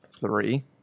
three